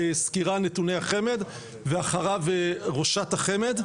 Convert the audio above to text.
סקירת נתוני החמ"ד ואחריו ראשת החמ"ד.